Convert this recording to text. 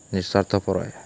ନିସ୍ଵାର୍ଥପର ଏ